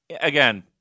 Again